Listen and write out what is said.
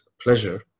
pleasure